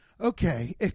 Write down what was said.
Okay